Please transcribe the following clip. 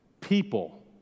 people